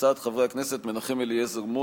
הצעות לסדר-היום של חברי הכנסת מנחם אליעזר מוזס,